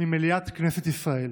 ממליאת כנסת ישראל: